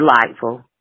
delightful